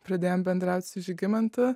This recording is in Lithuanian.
pradėjom bendraut su žygimantu